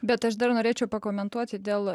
bet aš dar norėčiau pakomentuoti dėl